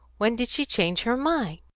when did she change her mind?